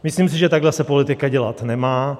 Myslím si, že takhle se politika dělat nemá.